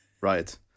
Right